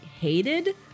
hated